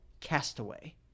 Castaway